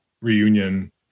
reunion